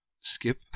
skip